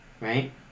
Right